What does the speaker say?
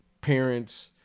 parents